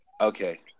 Okay